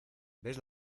ves